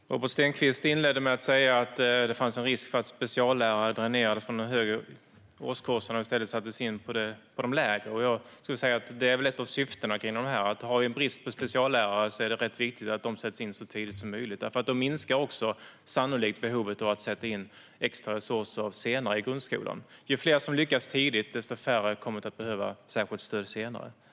Herr talman! Robert Stenkvist inledde med att säga att det finns en risk att speciallärare dräneras från de högre årskurserna och i stället sätts in på de lägre. Jag skulle vilja säga att det är ett av syftena med dessa frågor. Eftersom det råder brist på speciallärare är det viktigt att de sätts in så tidigt som möjligt. Då minskar sannolikt också behovet av att sätta in extra resurser senare i grundskolan. Ju fler som lyckas tidigt, desto färre kommer att behöva särskilt stöd senare.